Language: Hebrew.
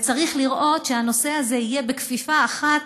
וצריך לראות שהנושא הזה יהיה בכפיפה אחת,